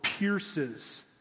pierces